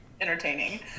entertaining